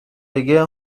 بگه